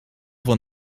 van